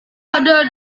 ada